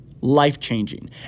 Life-changing